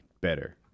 better